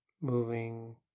Moving